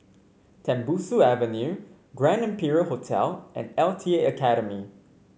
Tembusu Avenue Grand Imperial Hotel and L T A Academy